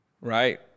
right